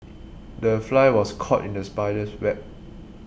the fly was caught in the spider's web